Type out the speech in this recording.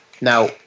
Now